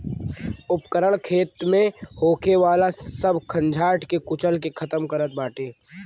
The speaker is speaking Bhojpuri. उपकरण खेत में होखे वाला सब खंजाट के कुचल के खतम करत बाटे